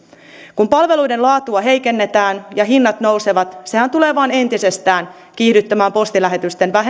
kun palveluiden laatua heikennetään ja hinnat nousevat niin sehän tulee vain entisestään kiihdyttämään postilähetysten